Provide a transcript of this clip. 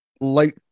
light